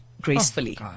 Gracefully